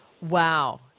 Wow